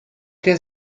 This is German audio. der